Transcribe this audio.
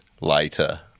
later